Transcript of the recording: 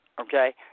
okay